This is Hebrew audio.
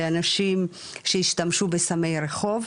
לאנשים שהשתמשו בסמי רחוב,